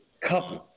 couples